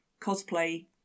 cosplay